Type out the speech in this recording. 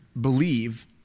believe